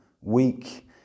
Weak